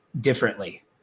differently